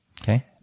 Okay